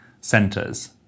centers